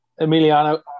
Emiliano